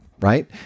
right